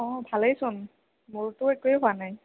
অ ভালেইচোন মোৰতো একোৱেই হোৱা নাই